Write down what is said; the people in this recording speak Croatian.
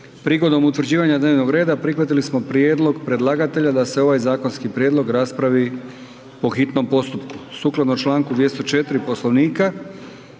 Prigodom utvrđivanja dnevnog reda prihvatili smo prijedlog predlagatelja da se ovaj zakonski prijedlog raspravi po hitnom postupku.